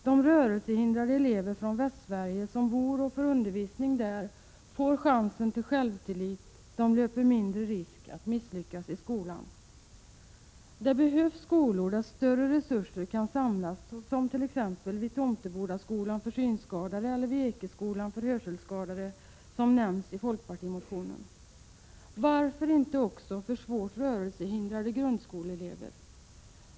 De rörelsehindrade elever från Västsverige som bor och får undervisning där får chansen till självtillit, och de löper mindre risk att misslyckas i skolan. Det behövs skolor där större resurser kan samlas —t.ex. vid Tomtebodaskolan för synskadade och vid Ekeskolan för hörselskadade, som nämnts i 153 folkpartimotionen. Varför inte också en skola för svårt rörelsehindrade grundskoleelever?